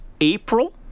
April